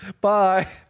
Bye